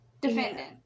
defendant